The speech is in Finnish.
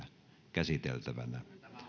käsiteltävänään